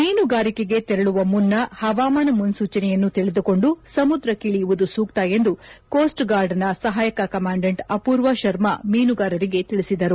ಮೀನುಗಾರಿಕೆಗೆ ತೆರಳುವ ಮುನ್ನ ಹವಾಮಾನ ಮುನ್ಸೂಚನೆಯನ್ನು ತಿಳಿದುಕೊಂಡು ಸಮುದ್ರಕ್ಕಿ ಳಿಯುವುದು ಸೂಕ್ತ ಎಂದು ಕೋಸ್ಟ್ ಗಾರ್ಡ್ ನ ಸಹಾಯಕ ಕಮಾಂಡೆಂಟ್ ಅಪೂರ್ವ ಶರ್ಮಾ ಮೀನುಗಾರರಿಗೆ ತಿಳಿಸಿದರು